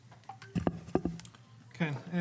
בתכנון למגורים ואפשר להוציא ממנו היתר